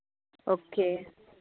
okay